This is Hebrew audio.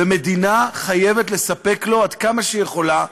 ומדינה חייבת לספק לו, עד כמה שהיא יכולה,